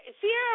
Sierra